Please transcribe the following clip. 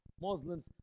Muslims